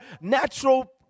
natural